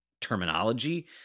terminology